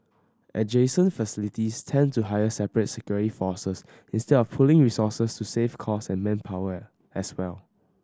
adjacent facilities tend to hire separate security forces instead of pooling resources to save costs and manpower as well